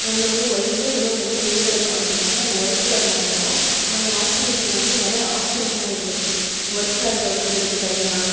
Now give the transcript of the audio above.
ஒன்று வந்து ஒயிட் இன்னொன்னு வந்து க்ரே கலர் காம்ச்சுயிருந்தாங்க நாங்கள் ஒயிட் கலர் வாங்கினோம் அந்த வாஷிங் மிஷினில் வந்து நிறைய ஆப்ஷன்ஸ்எல்லாம் இருந்துச்சு ஒர்க் சாரி துவைக்கறத்துக்கு தனியாக